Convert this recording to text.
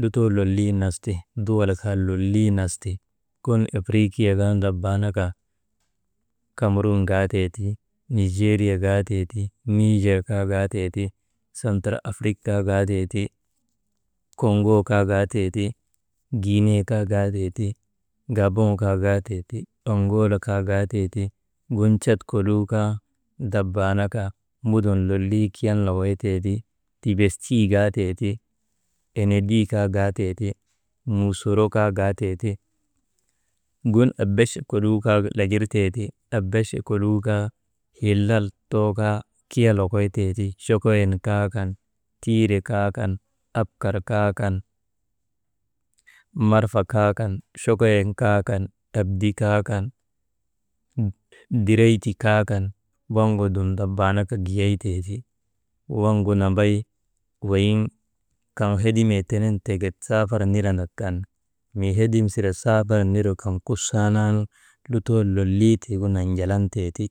lutoo lolii nas ti, duwal kaa lolii nas ti gun afiriikia kaa ndabaanaka kamarun gaatee ti, nijeeriya gaatee ti, neejar kaa gaatee ti, sentrafrik kaa gaatee ti, koŋgo kaa gaatee ti, giine kaa gaatee ti, gaabon kaa gaatee ti, aŋoola kaa gaatee ti, gun cat koluu kaa ndabaanaka mudun lolii Kiyan lokoytee ti, Tibesti gaatee ti enedi kaa gaatee ti mosoro kaa gaatee ti gun ebeche koluu kaa lagir tee ti, ebeche koluu kaa, hillal too kaa kiya lokoy tee ti, chokoyen kaa kan, tire kaa kan, abkar kaa kan, marfa kaa kan, chokoyen kaa kan epdi kaa kan direyti kaa kan, waŋgu dum ndabaanaka giyay teeti. Waŋgu nambay weyiŋ kaŋ hedimee tenen teket saafar nirandak kan mii hedimsire safar nir kan kusaanaanu lutoo lolii tiigu nanjalan teeti.